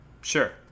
Sure